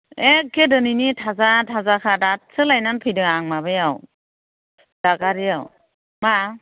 एखे दिनैनि थाजा थाजाखा दासो लायनानै फैदों आं माबायाव दादगारियाव मा